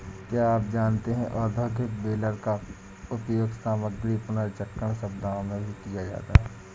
क्या आप जानते है औद्योगिक बेलर का उपयोग सामग्री पुनर्चक्रण सुविधाओं में भी किया जाता है?